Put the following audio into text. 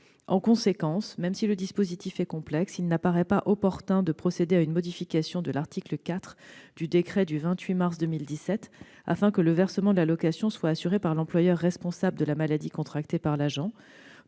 En conséquence, même si le dispositif est complexe, il n'apparaît pas opportun de procéder à une modification de l'article 4 du décret du 28 mars 2017 afin que le versement de l'allocation soit assuré par l'employeur responsable de la maladie contractée par l'agent,